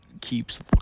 keeps